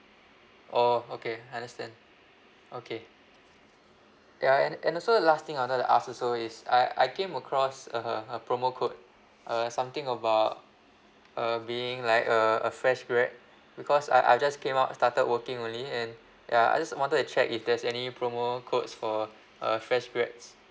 oh okay understand okay ya and and also last thing I wanted to ask also is I I came across uh a promo code uh something about uh being like uh a fresh grad because I I've just came out started working only and ya I just wanted to check if there's any promo codes for uh fresh graduates